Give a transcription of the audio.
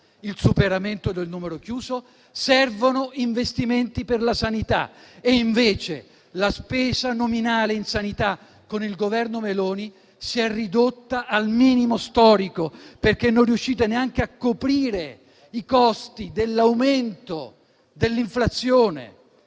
il superamento del numero chiuso - servono investimenti per la sanità, e invece la spesa nominale in sanità con il Governo Meloni si è ridotta al minimo storico, perché non riuscite neanche a coprire i costi dell'aumento dell'inflazione